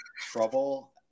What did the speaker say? trouble